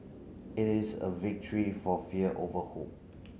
it is a victory for fear over hope